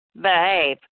Behave